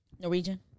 Norwegian